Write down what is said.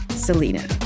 Selena